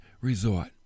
resort